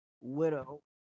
widow